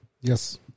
Yes